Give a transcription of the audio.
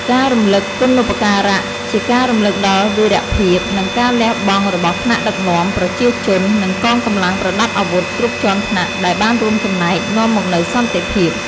ការរំលឹកគុណូបការ ជាការរំលឹកដល់វីរភាព និងការលះបង់របស់ថ្នាក់ដឹកនាំ ប្រជាជន និងកងកម្លាំងប្រដាប់អាវុធគ្រប់ជាន់ថ្នាក់ ដែលបានរួមចំណែកនាំមកនូវសន្តិភាព។